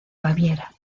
baviera